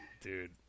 Dude